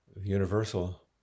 universal